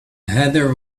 heather